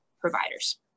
providers